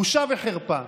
בושה וחרפה.